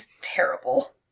terrible